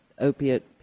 opiate